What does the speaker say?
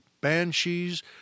banshees